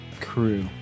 crew